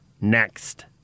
next